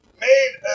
made